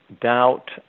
doubt